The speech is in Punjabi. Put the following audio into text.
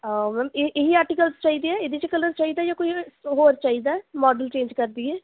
ਹਾਂ ਮੈਮ ਇਹ ਇਹੀ ਆਰਟੀਕਲ ਚਾਹੀਦੇ ਆ ਇਹਦੇ 'ਚ ਕਲਰ ਚਾਹੀਦਾ ਜਾਂ ਕੋਈ ਹੋਰ ਚਾਹੀਦਾ ਮੋਡਲ ਚੇਂਜ ਕਰ ਦੇਈਏ